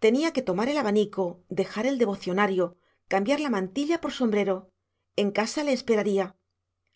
tenía que tomar el abanico dejar el devocionario cambiar mantilla por sombrero en casa le esperaría